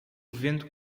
vento